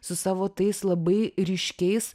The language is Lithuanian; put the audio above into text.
su savo tais labai ryškiais